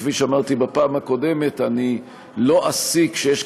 כפי שאמרתי בפעם הקודמת: אני לא אסיק שיש